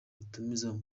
rutumiza